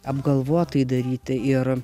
apgalvotai daryti ir